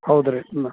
ಹೌದ್ರಿ ನ